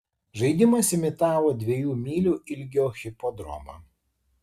žaidimas imitavo dviejų mylių ilgio hipodromą